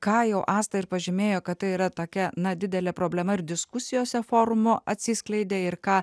ką jau asta ir pažymėjo kad tai yra tokia na didelė problema ir diskusijose forumo atsiskleidė ir ką